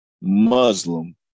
muslim